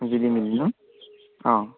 জিলিমিলি ন অঁ